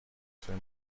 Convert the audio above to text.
say